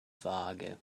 waage